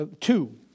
two